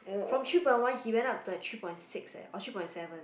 from three point one he went up to like three point six leh or three point seven